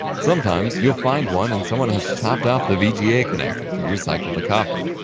sometimes you'll find one and someone has chopped off the vga connector to recycle the copper.